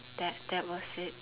that that was it